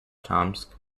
tomsk